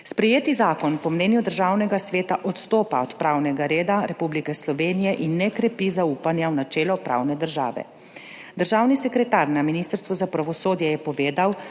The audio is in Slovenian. Sprejeti zakon po mnenju Državnega sveta odstopa od pravnega reda Republike Slovenije in ne krepi zaupanja v načelo pravne države. Državni sekretar na Ministrstvu za pravosodje je povedal,